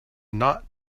not